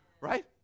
right